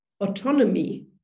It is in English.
autonomy